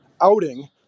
outing